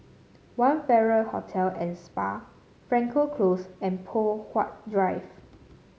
One Farrer Hotel and Spa Frankel Close and Poh Huat Drive